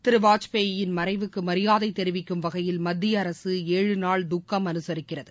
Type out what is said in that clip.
திரு வாஜ்பாயின் மறைவுக்கு மரியாதை தெரிவிக்கும் வகையில் மத்திய அரசு ஏழு நாள் துக்கம் அனுசரிக்கிறது